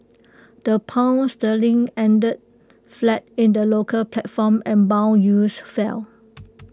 the pound sterling ended flat in the local platform and Bond yields fell